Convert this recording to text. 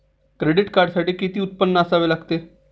Credit कार्डसाठी किती उत्पन्न असावे लागते?